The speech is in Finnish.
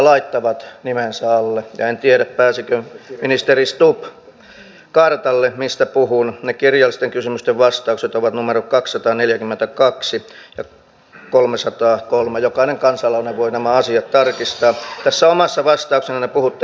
ei voi ajatella että kaikki pienituloiset köyhät työttömät kaikki sairaat ja kaikki muuten vaivaiset haetaan kyllä taloutta tasapainottamaan mutta niitä jotka laittavat sukanvarteen perusteetta ei tilille saada